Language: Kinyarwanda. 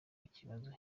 ikibazo